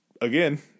again